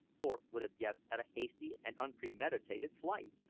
thorpe would have guessed at a hasty and unpremeditated flight.